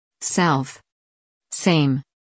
Self-Same